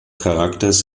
charakters